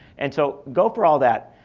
and so go for all that.